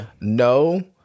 No